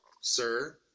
sir